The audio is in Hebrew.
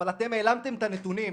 אבל אתם העלמתם את הנתונים.